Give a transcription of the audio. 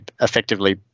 effectively